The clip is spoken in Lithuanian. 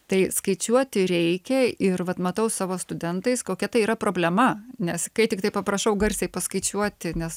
tai skaičiuoti reikia ir vat matau savo studentais kokia tai yra problema nes kai tiktai paprašau garsiai paskaičiuoti nes